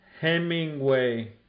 Hemingway